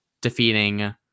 defeating